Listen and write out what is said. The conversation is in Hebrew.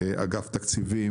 אגף תקציבים,